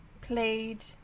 played